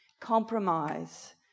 compromise